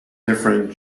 different